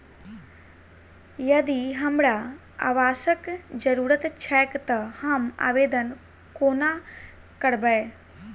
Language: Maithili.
यदि हमरा आवासक जरुरत छैक तऽ हम आवेदन कोना करबै?